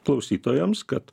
klausytojams kad